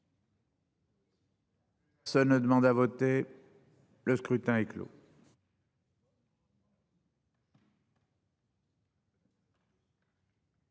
Ça ne demande à voter. Le scrutin est clos.